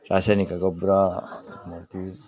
ರಾಸಾಯನಿಕ ಗೊಬ್ಬರ ಮತ್ತು